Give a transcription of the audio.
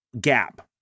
gap